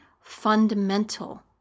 fundamental